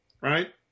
Right